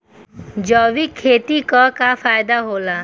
जैविक खेती क का फायदा होला?